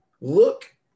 look